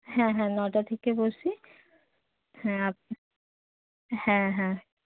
হ্যাঁ হ্যাঁ নটা থেকে বসি হ্যাঁ আপনি হ্যাঁ হ্যাঁ